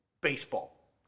baseball